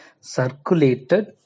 circulated